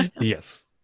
Yes